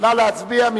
נא להצביע.